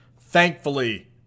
thankfully